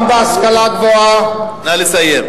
גם בהשכלה הגבוהה, נא לסיים.